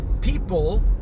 people